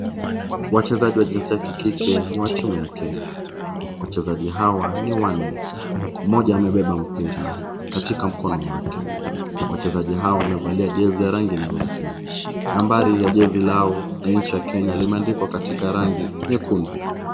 Wachezaji wa jinsia ya kike ni wa timu ya kenya. Wachezaji hawa ni wanne, mmoja amebeba mpira katika mkono wake. Wachezaji hawa wamevalia jezi ya rangi nyeusi. Nambari ya jezi lao na nchi ya Kenya limeandikwa katika rangi nyekundu.